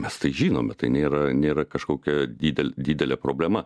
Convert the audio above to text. mes tai žinome tai nėra nėra kažkokia didel didelė problema